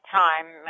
time